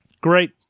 Great